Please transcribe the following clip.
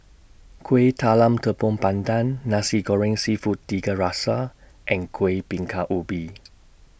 Kuih Talam Tepong Pandan Nasi Goreng Seafood Tiga Rasa and Kuih Bingka Ubi